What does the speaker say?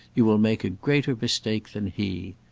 you will make a greater mistake than he.